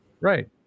Right